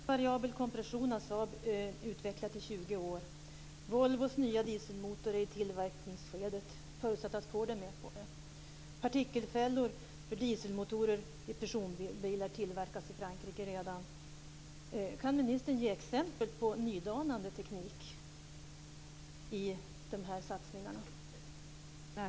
Fru talman! Saab har utvecklat kompression i 20 år. Volvos nya dieselmotor är i tillverkningsskedet, förutsatt att Ford är med på det. Partikelfällor för dieselmotorer i personbilar tillverkas redan i Frankrike. Kan ministern ge exempel på nydanande teknik i dessa satsningar?